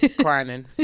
Crying